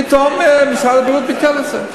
פתאום משרד הבריאות ביטל את זה.